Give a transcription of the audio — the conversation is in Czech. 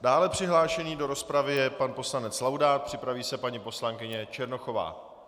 Dále přihlášený do rozpravy je pan poslanec Laudát, připraví se paní poslankyně Černochová.